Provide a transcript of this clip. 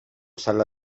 sala